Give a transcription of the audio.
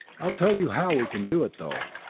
i'll tell you how we can do it, though.